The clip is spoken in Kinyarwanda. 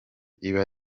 iba